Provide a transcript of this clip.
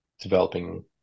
developing